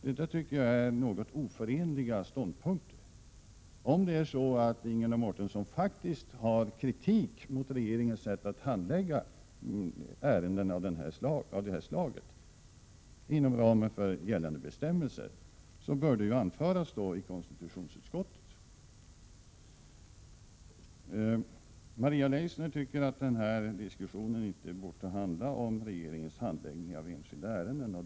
Detta tycker jag är något oförenliga ståndpunkter. Om Ingela Mårtensson faktiskt har kritik mot regeringens sätt att handlägga ärenden av detta slag inom ramen för gällande bestämmelser, bör det anföras i konstitutionsutskottet. Maria Leissner tycker att denna diskussion inte bör handla om regeringens handläggning av enskilda ärenden.